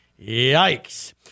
Yikes